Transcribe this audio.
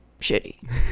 shitty